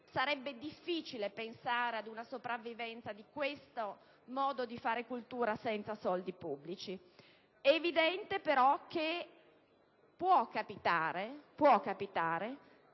sarebbe difficile pensare ad una sopravvivenza di questo modo di fare cultura senza soldi pubblici. È evidente però che può capitare